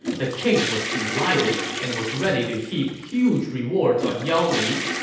the king was delighted and was ready to heap huge rewards on yao li.